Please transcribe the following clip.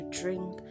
drink